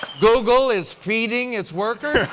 google is feeding its workers?